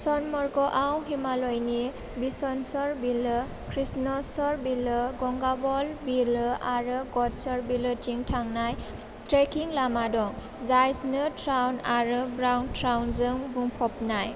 सनमर्ग'आव हिमालयनि विशनसर बिलो कृष्णसर बिलो गंगाबल बिलो आरो गडसर बिलोथिं थांनाय ट्रेकिं लामा दं जाय स्नो ट्राउट आरो ब्राउन ट्राउटजों बुंफबनाय